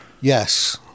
Yes